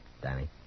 Danny